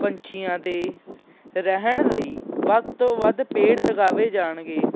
ਪੰਛੀਆਂ ਦੇ ਰਹਿਣ ਲਈ ਵੱਧ ਤੋਂ ਵੱਧ ਪੇੜ ਲਗਾਏ ਜਾਣਗੇ